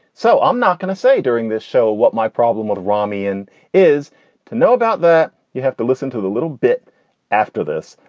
so i'm not going to say during this show what my problem with rami and is to know about that. you have to listen to a little bit after this,